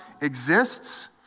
exists